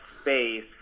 space